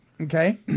Okay